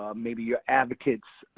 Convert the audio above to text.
ah maybe your advocates,